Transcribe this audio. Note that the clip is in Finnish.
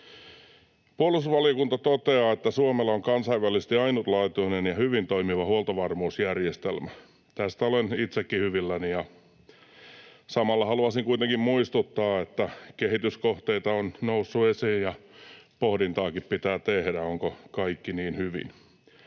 Puolustusvaliokunta toteaa, että ”Suomella on kansainvälisesti ainutlaatuinen ja hyvin toimiva huoltovarmuusjärjestelmä”. Tästä olen itsekin hyvilläni. Samalla haluaisin kuitenkin muistuttaa, että kehityskohteita on noussut esiin ja pohdintaakin pitää tehdä, onko kaikki niin hyvin.